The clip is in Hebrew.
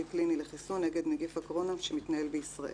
קליני לחיסון נגד נגיף הקורונה שמתנהל בישראל,